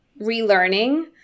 relearning